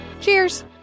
Cheers